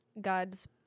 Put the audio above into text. God's